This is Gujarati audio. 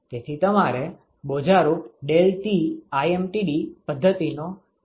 તેથી તમારે બોજારૂપ ∆Tlmtd પદ્ધતિનો આશરો લેવો ન પડે